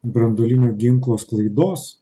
branduolinio ginklo sklaidos